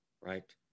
right